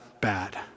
bad